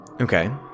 okay